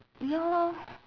ya lor